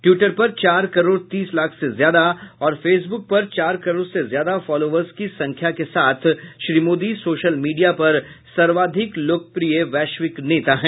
Twitter पर चार करोड़ तीस लाख से ज्यादा और फेसब्क पर चार करोड़ से ज्यादा फॉलोवर्स की संख्या के साथ श्री मोदी सोशल मीडिया पर सर्वाधिक लोकप्रिय वैश्विक नेता हैं